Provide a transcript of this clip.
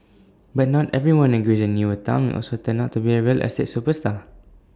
but not everyone agrees the newer Town will also turn out to be A real estate superstar